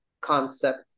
concept